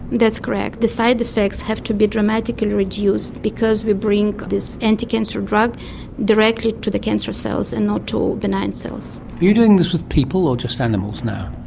that's correct. the side-effects have to be dramatically reduced because we bring this anti-cancer drug directly to the cancer cells and not to benign cells. are you doing this with people or just animals now?